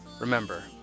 Remember